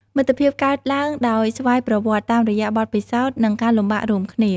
មិត្តភាពកើតឡើងដោយស្វ័យប្រវត្តិតាមរយៈបទពិសោធន៍ និងការលំបាករួមគ្នា។